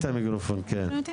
תשיבי.